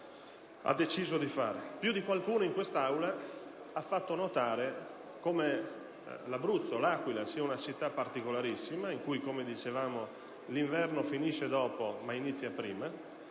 ha deciso di fare? Più di qualcuno in quest'Aula ha fatto notare come L'Aquila sia una città particolarissima dove, come si diceva, l'inverno finisce dopo ma inizia prima.